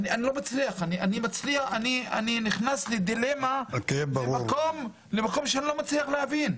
אני נכנס לדילמה למקום שאני לא מצליח להבין.